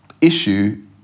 issue